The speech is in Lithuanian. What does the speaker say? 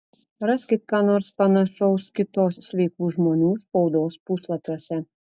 raskit ką nors panašaus kitos sveikų žmonių spaudos puslapiuose